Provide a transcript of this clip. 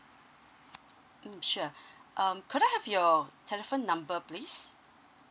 mm sure um could I have your telephone number please